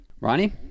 Ronnie